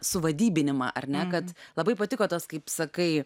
suvadybinimą ar ne kad labai patiko tas kaip sakai